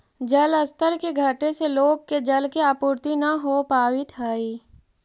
जलस्तर के घटे से लोग के जल के आपूर्ति न हो पावित हई